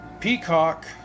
Peacock